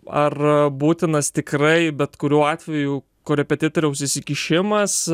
ar būtinas tikrai bet kuriuo atveju korepetitoriaus įsikišimas